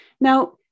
Now